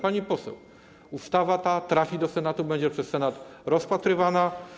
Pani poseł, ta ustawa trafi do Senatu, będzie przez Senat rozpatrywana.